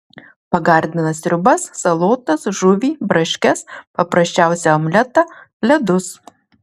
pagardina sriubas salotas žuvį braškes paprasčiausią omletą ledus